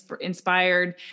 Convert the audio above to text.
inspired